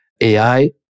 AI